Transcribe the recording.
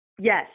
Yes